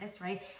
right